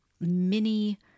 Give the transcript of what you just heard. mini